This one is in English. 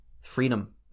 Freedom